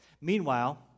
Meanwhile